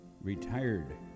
retired